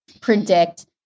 predict